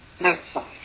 Outside